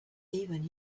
even